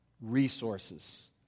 resources